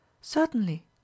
Certainly